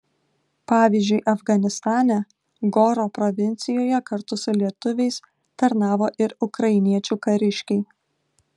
pavyzdžiui afganistane goro provincijoje kartu su lietuviais tarnavo ir ukrainiečių kariškiai